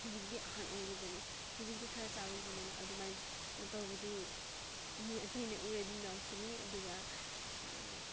ꯍꯧꯖꯤꯛꯇꯤ ꯑꯍꯟ ꯑꯣꯏꯔꯕꯅꯤ ꯍꯧꯖꯤꯛꯇꯤ ꯈꯔ ꯆꯥꯎꯔꯕꯅꯤꯅ ꯑꯗꯨꯃꯥꯏꯅ ꯇꯧꯕꯗꯨ ꯃꯤ ꯑꯇꯩꯅ ꯎꯔꯗꯤ ꯅꯣꯛꯀꯅꯤ ꯑꯗꯨꯒ